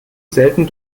selten